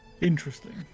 Interesting